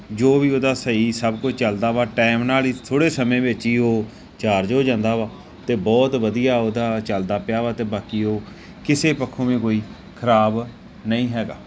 ਜੋ ਵੀ ਉਹਦਾ ਸਹੀ ਸਭ ਕੁਝ ਚੱਲਦਾ ਵਾ ਟਾਈਮ ਨਾਲ ਹੀ ਥੋੜ੍ਹੇ ਸਮੇਂ ਵਿੱਚ ਹੀ ਉਹ ਚਾਰਜ ਹੋ ਜਾਂਦਾ ਵਾ ਅਤੇ ਬਹੁਤ ਵਧੀਆ ਉਹਦਾ ਚੱਲਦਾ ਪਿਆ ਵਾ ਅਤੇ ਬਾਕੀ ਉਹ ਕਿਸੇ ਪੱਖੋਂ ਵੀ ਕੋਈ ਖ਼ਰਾਬ ਨਹੀਂ ਹੈਗਾ